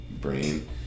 brain